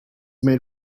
made